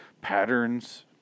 Patterns